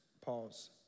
Pause